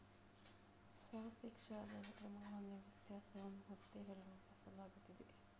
ಸಾಪೇಕ್ಷ ಆದಾಯದ ಕ್ರಮಗಳೊಂದಿಗೆ ವ್ಯತ್ಯಾಸವನ್ನು ಒತ್ತಿ ಹೇಳಲು ಬಳಸಲಾಗುತ್ತದೆ